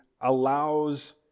allows